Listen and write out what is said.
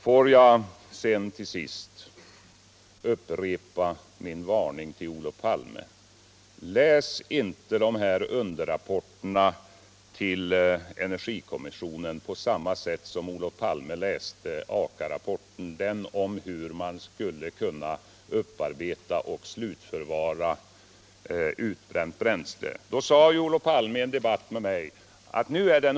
Får jag sedan till sist upprepa min varning till Olof Palme: Läs inte underrapporterna till energikommissionens betänkande på samma sätt som Olof Palme läste Aka-rapporten om hur man skall upparbeta och slutförvara utbränt bränsle!